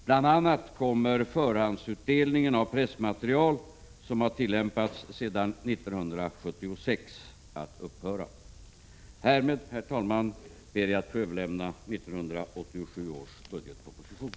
Bl.a. kommer förhandsutdelningen av pressmaterial, som har tillämpats sedan 1976, att upphöra. Härmed, herr talman, ber jag att få överlämna 1987/88 års budgetproposition.